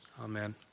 Amen